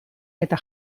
eta